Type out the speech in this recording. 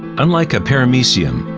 unlike a paramecium,